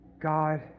God